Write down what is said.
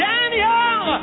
Daniel